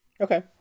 okay